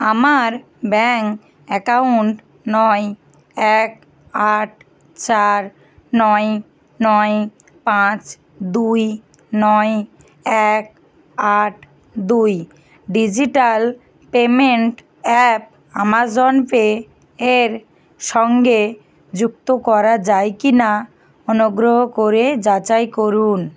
আমার bank account নয় এক আট চার নয় নয় পাঁচ দুই নয় এক আট দুই digital payment app Amazon Pay এর সঙ্গে যুক্ত করা যায় কি না অনুগ্রহ করে যাচাই করুন